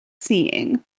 seeing